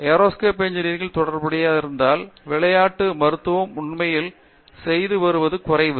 அது aerospace engineering தொடர்பு இருந்தாலும் விளையாட்டு மருத்துவம் உண்மையில் செய்து வருவது குறைவு